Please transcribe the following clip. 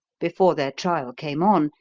before their trial came on,